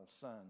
son